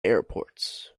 airports